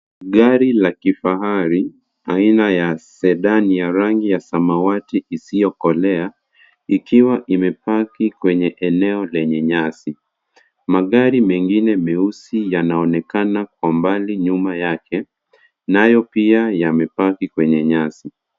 Gari la kifahari aina ya sedan ya rangi ya samawati isiyokolea ikiwa imepaki kwenye eneo lenye nyasi. Magari mengine meusi yanaonekana kwa mbali nyuma yake nayo pia yamepaki kwenye nyasi.